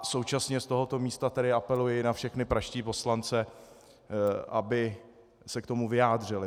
Současně z tohoto místa tedy apeluji na všechny pražské poslance, aby se k tomu vyjádřili.